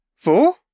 Four